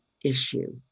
issue